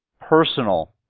personal